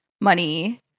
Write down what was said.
money